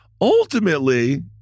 Ultimately